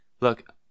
Look